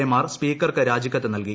A മാർ സ്പീക്കർക്ക് രാജിക്കത്ത് നൽകി